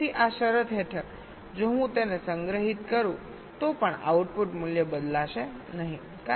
તેથી આ શરત હેઠળ જો હું તેને સંગ્રહિત કરું તો પણ આઉટપુટ મૂલ્ય બદલાશે નહીં